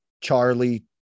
Charlie